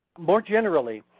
more generally,